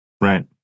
Right